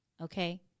okay